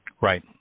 Right